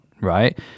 right